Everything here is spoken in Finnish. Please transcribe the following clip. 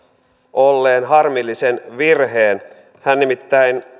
olleen harmillisen virheen hän nimittäin